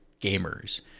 gamers